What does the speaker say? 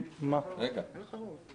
אין לך רוב.